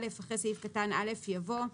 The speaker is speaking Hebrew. (א)אחרי סעיף קטן (א) יבוא: